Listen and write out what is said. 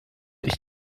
ich